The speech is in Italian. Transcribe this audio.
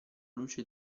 luce